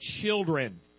children